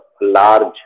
large